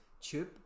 tube